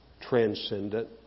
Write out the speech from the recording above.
Transcendent